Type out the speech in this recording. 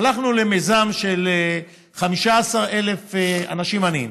הלכנו למיזם של 15,000 אנשים עניים,